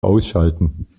ausschalten